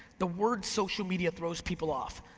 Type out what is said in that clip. the word social media throws people off.